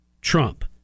Trump